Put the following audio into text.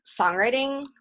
songwriting